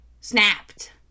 snapped